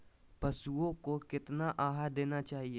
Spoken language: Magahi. पशुओं को कितना आहार देना चाहि?